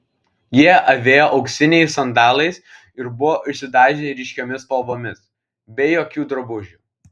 jie avėjo auksiniais sandalais ir buvo išsidažę ryškiomis spalvomis be jokių drabužių